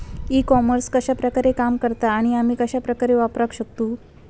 E commerce कश्या प्रकारे काम करता आणि आमी कश्या प्रकारे वापराक शकतू?